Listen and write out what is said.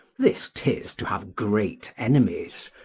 this tis to have great enemies!